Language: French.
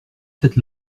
sept